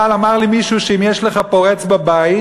אבל אמר לי מישהו שאם יש לך פורץ בבית,